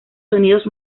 sonidos